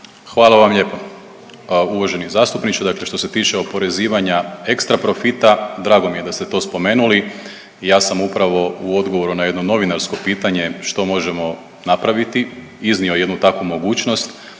Hvala vam lijepo. Uvaženi zastupniče, dakle što se tiče oporezivanja ekstra profita, drago mi je da ste to spomenuli, ja sam upravo u odgovoru na jedno novinarsko pitanje što možemo napraviti, iznio jednu takvu mogućnost